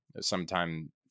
sometime